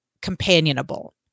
companionable